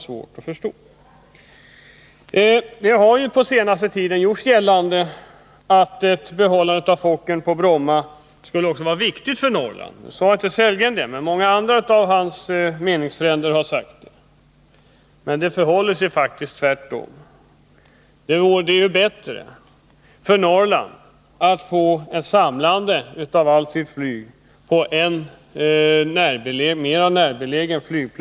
Under den senaste tiden har det gjorts gällande att det skulle vara viktigt för Norrland att behålla Fokkerplanen på Bromma. Sade inte Rolf Sellgren också det? Många av hans meningsfränder har i varje fall sagt det. Men det förhåller sig faktiskt tvärtom: Det vore bättre för Norrland med ett samlat flyg på en mer närbelägen flygplats.